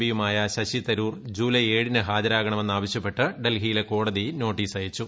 പിയുമായ Shashi Tharoor July ഏഴിന് ഹാജരാകണമെന്ന് ആവശ്യപ്പെട്ട് ഡൽഹിയിലെ കോടതി നോട്ടീസ് അയച്ചു